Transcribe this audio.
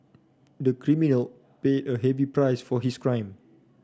the criminal pay a heavy price for his crime